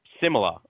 similar